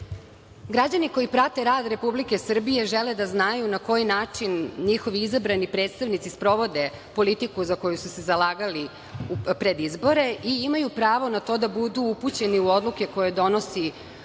koji prate rad Republike Srbije žele da znaju na koji način njihovi izabrani predstavnici sprovode politiku za koju su se zalagali pred izbore i imaju pravo na to da budu upućeni u odluke koje donosi